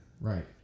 Right